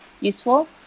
useful